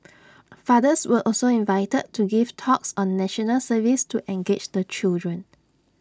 fathers were also invited to give talks on National Service to engage the children